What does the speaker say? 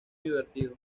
divertido